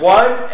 one